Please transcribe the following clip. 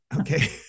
Okay